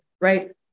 right